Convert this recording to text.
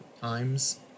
times